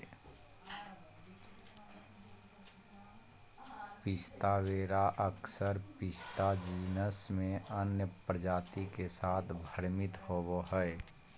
पिस्ता वेरा अक्सर पिस्ता जीनस में अन्य प्रजाति के साथ भ्रमित होबो हइ